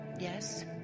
Yes